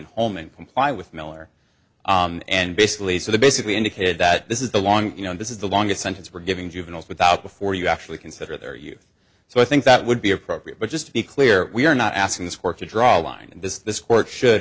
in home and comply with miller and basically so they basically indicated that this is the long you know this is the longest sentence for giving juveniles without before you actually consider their youth so i think that would be appropriate but just to be clear we are not asking this work to draw a line in this this court should